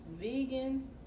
vegan